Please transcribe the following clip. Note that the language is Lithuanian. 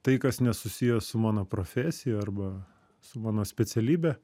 tai kas nesusiję su mano profesija arba su mano specialybe